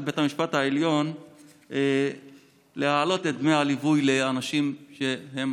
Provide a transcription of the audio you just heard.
בית המשפט העליון להעלות את דמי הליווי לאנשים שהם